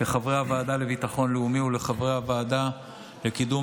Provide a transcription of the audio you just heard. חברי הוועדה לביטחון לאומי וחברי הוועדה לקידום